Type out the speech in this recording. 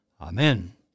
Amen